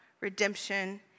redemption